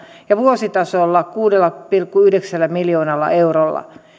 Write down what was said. ja vuositasolla kuudella pilkku yhdeksällä miljoonalla eurolla